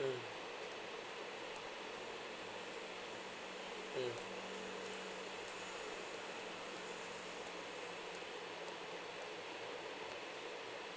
mm mm